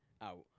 out